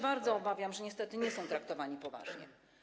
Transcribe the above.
Bardzo się obawiam, że niestety nie są oni traktowani poważnie.